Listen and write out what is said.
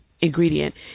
ingredient